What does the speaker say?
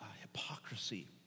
hypocrisy